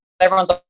everyone's